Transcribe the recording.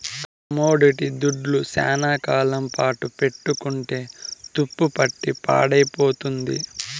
commodity దుడ్లు శ్యానా కాలం పాటు పెట్టుకుంటే తుప్పుపట్టి పాడైపోతుంది